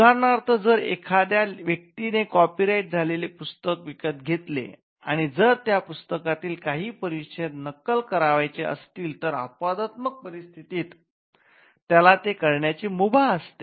उदाहरणार्थ जर एखाद्या व्येक्तीने कॉपीराईट झालेले पुस्तक विकत घेतले आणि जर त्याला त्यातील काही परिच्छेद नक्कल करावयाचे असतील तर अपवादात्मक परिस्थितीत त्याला ते करण्याची मुभा असते